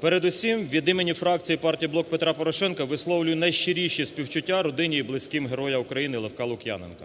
Передусім від імені фракції "Блок Петра Порошенка" висловлюю найщиріші співчуття родині і близьким Героя України Левка Лук'яненка.